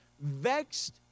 vexed